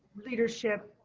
leadership,